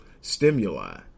stimuli